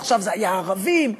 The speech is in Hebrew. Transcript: עכשיו זה היה: ערבים,